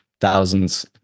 thousands